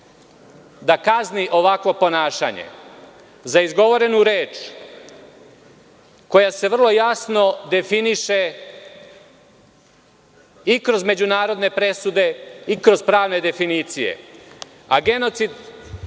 da kazni ovakvo ponašanje za izgovorenu reč koja se vrlo jasno definiše i kroz međunarodne presude i kroz pravne definicije, a genocid,